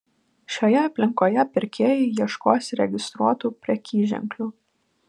šioje aplinkoje pirkėjai ieškos registruotų prekyženklių